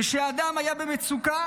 כשאדם היה במצוקה